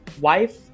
wife